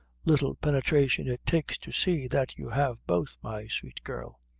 little pinetration it takes to see that you have both, my sweet girl.